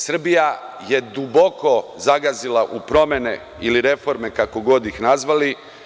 Srbija je duboko zagazila u promene ili reforme, kako god ih nazvali.